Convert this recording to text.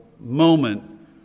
Moment